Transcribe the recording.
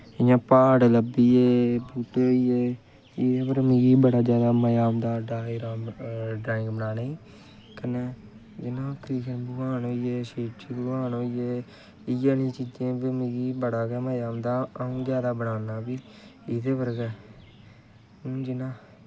इ'यां प्हाड़ लब्भियै इ'यां मिगी बड़ा मजा औंदा ड्राईंग बनाने गी कन्नै जि'यां कृष्ण भगवान होई गे शिवजी भगवान होई गे इ'यै जेही चीजें दा मिगी बड़ा जैदा मजा औंदा अ'ऊं बनांदा बी एह्दे पर गै हून जि'यां